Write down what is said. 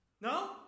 No